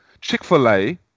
Chick-fil-A